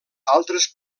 altres